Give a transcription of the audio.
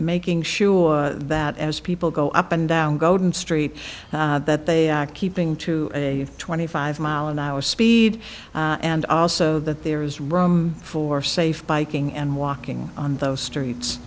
making sure that as people go up and down golden street that they keeping to a twenty five mile an hour speed wade and also that there is room for safe biking and walking on those streets